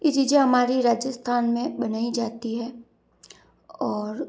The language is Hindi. ये चीज़ें हमारे राजस्थान में बनाई जाती हैं और